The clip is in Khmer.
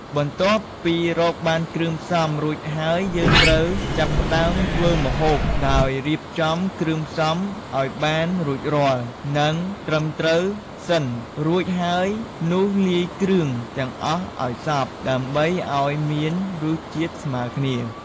បន្ទាប់ពីរកបានគ្រឿងផ្សំរួចហើយ យើងត្រូវចាប់ផ្ដើមធ្វើម្ហូប ដោយរៀបចំគ្រឿងផ្សំឱ្យបានរួចរាល់ និងត្រឹមត្រូវសិន រួចហើយនោះលាយគ្រឿងទាំងអស់ឱ្យសព្វ ដើម្បីឱ្យមានរសជាតិស្មើគ្នា។